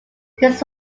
this